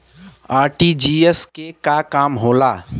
RTGS के का काम होला?